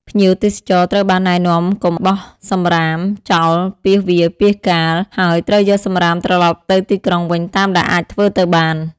ភ្ញៀវទេសចរត្រូវបានណែនាំឱ្យកុំបោះ សំរាម ចោលពាសវាលពាសកាល ហើយត្រូវយកសំរាមត្រលប់ទៅទីក្រុងវិញតាមដែលអាចធ្វើទៅបាន។